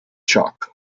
chalk